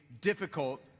difficult